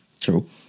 True